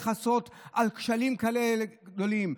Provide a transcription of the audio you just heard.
לכסות על כשלים כאלה גדולים,